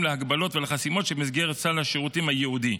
להגבלות ולחסימות שבמסגרת סל השירותים הייעודי.